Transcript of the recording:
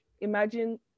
imagine